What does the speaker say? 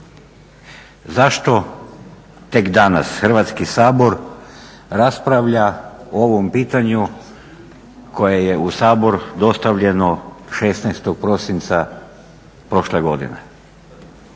Zašto tek danas Hrvatski sabor raspravlja o ovom pitanju koje je u Sabor dostavljeno 16. prosinca prošle godine?